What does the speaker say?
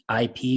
IP